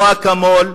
לא אקמול,